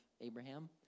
Abraham